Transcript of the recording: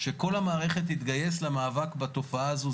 שכל המערכת תתגייס למאבק בתופעה הזו.